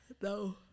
no